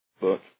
book